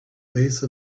base